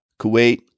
Kuwait